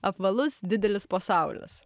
apvalus didelis pasaulis